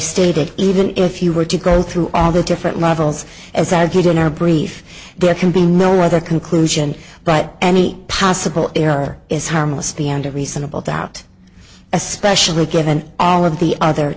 stated even if you were to go through all the different levels as you do in our brief there can be no other conclusion but any possible error is harmless beyond a reasonable doubt especially given all of the other